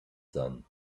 son